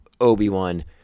Obi-Wan